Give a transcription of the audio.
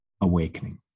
AWAKENING